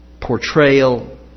portrayal